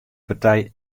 partij